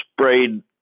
sprayed